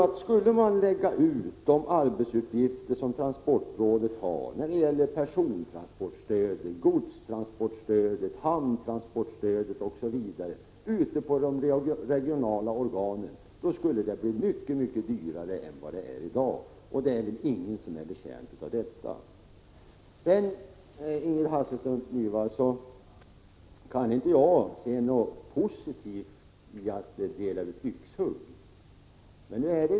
Om man skulle lägga de arbetsuppgifter som transportrådet har rörande persontransportstödet, godstransportstödet, hamntransportstödet, osv. ute på de regionala organen, tror jag att det skulle bli mycket dyrare än vad det är i dag. Och det är väl ingen betjänt av. Jag kan inte, Ingrid Hasselström Nyvall, se något positivt i att dela ut yxhugg.